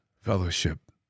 fellowship